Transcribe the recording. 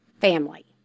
family